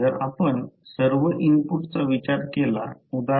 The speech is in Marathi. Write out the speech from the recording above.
जर आपण सर्व इनपुटचा विचार केला उदा